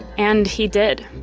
and he did.